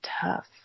tough